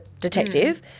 detective